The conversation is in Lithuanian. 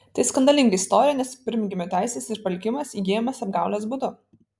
tai skandalinga istorija nes pirmgimio teisės ir palikimas įgyjamas apgaulės būdu